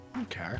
Okay